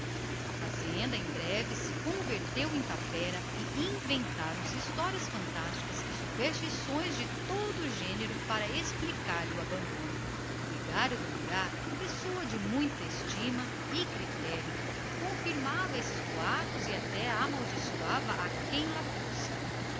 a fazenda aos poucos se converteu em tapera e lendas e superstições de todo o gênero se inventaram para explicar lhe o abandono o vigário do lugar pessoa insuspeita e criteriosa nem só confirmava o que diziam como aconselhava a que não fossem